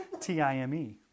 T-I-M-E